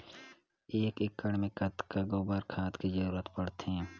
एक एकड़ मे कतका गोबर खाद के जरूरत पड़थे?